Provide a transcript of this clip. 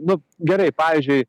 nu gerai pavyzdžiui